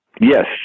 Yes